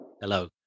Hello